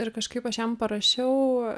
ir kažkaip aš jam parašiau